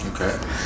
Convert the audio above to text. Okay